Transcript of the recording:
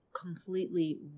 completely